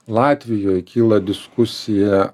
latvijoj kyla diskusija